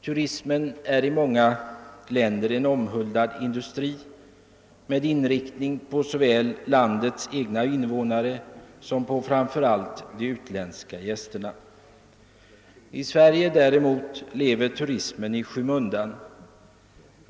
Turismen är i många länder en omhuldad industri med inriktning på såväl landets egna invånare som på utländska gäster. I Sverige däremot lever turismen i skymundan.